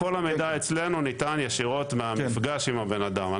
כל המידע אצלנו ניתן ישירות מהמפגש עם הבן-אדם.